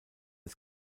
des